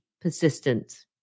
persistent